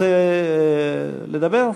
רוצה לדבר?